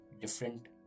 different